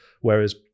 whereas